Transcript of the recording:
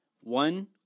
One